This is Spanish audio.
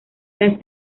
las